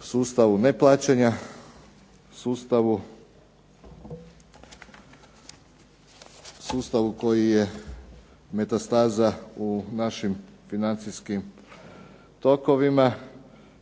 sustavu neplaćanja, sustavu koji je metastaza u našim financijskim tokovima